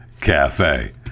cafe